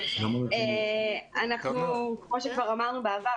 כמו שכבר אמרנו בעבר,